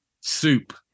soup